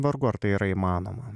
vargu ar tai yra įmanoma